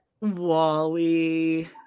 Wally